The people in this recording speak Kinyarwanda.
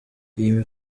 iyi